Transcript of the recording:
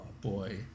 boy